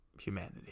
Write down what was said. humanity